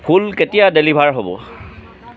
ফুল কেতিয়া ডেলিভাৰ হ'ব